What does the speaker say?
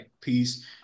Peace